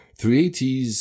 380s